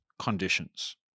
conditions